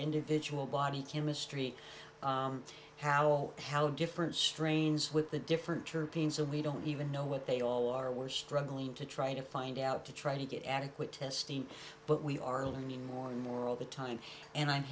individual body chemistry how how different strains with the different european so we don't even know what they all are we're struggling to try to find out to try to get adequate testing but we are learning more and more all the time and i'm